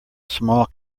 small